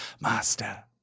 master